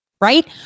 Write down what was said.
right